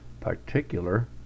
particular